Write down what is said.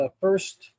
first